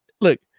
Look